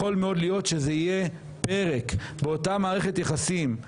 יכול מאוד להיות שזה יהיה פרק באותה מערכת יחסים,